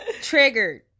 Triggered